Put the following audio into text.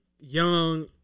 young